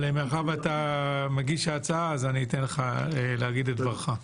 מאחר ואתה מגיש ההצעה, אני אתן לך להגיד את דברך.